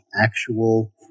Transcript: actual